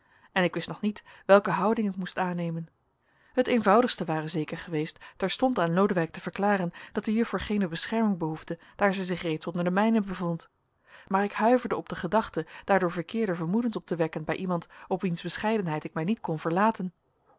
en ik wist nog niet welke houding ik moest aannemen het eenvoudigste ware zeker geweest terstond aan lodewijk te verklaren dat de juffer geene bescherming behoefde daar zij zich reeds onder de mijne bevond maar ik huiverde op de gedachte daardoor verkeerde vermoedens op te wekken bij iemand op wiens bescheidenheid ik mij niet kon verlaten